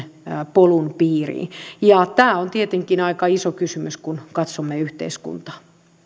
polkujen piiriin tämä on tietenkin aika iso kysymys kun katsomme yhteiskuntaa